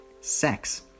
sex